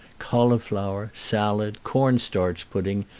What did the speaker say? cauliflower, salad, corn-starch pudding,